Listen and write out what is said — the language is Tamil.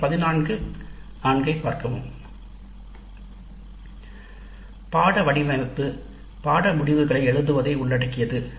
நாம் கண்ட பாடநெறி வடிவமைப்பு பாடத்திட்டத்தில் குறிக்கோள்களை குறிப்பிடுகிறது